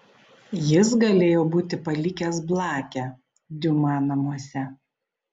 jis galėjo būti palikęs blakę diuma namuose